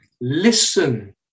listen